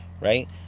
right